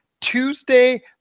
Tuesday